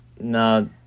No